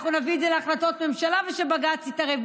אנחנו נביא את זה להחלטות ממשלה ושבג"ץ יתערב.